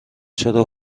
چرا